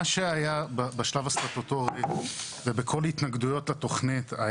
מה שהיה בשלב הסטטוטורי ובכל התנגדויות התוכנית,